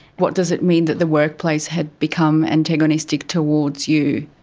what does it mean, that the workplace had become antagonistic towards you?